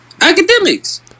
Academics